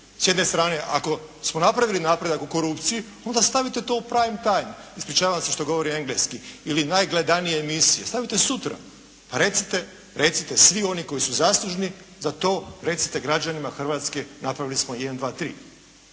s jedne strane ako smo napravili napredak u korupciji, onda stavite to u prime time, ispričavam se što govorim engleski ili najgledanije emisije, stavite sutra. Recite svi oni koji su zaslužni za to recite građanima Hrvatske, napravili smo 1,2,3.